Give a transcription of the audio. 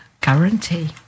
Guarantee